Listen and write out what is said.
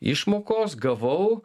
išmokos gavau